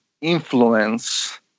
influence